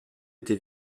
était